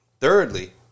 Thirdly